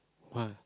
!woah!